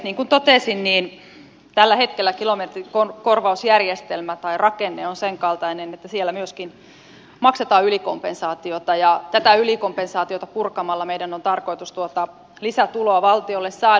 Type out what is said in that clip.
niin kuin totesin tällä hetkellä kilometrikorvausjärjestelmä tai rakenne on senkaltainen että siellä myöskin maksetaan ylikompensaatiota jota purkamalla meidän on tarkoitus tuota lisätuloa valtiolle saada